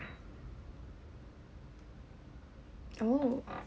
oh